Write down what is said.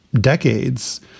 decades